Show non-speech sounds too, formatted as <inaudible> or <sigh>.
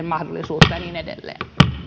<unintelligible> mahdollisuutta ja niin edelleen